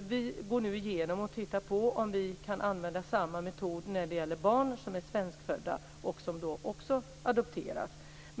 Vi går nu igenom och tittar på om vi kan använda samma metod när det gäller barn som är svenskfödda och som också adopteras.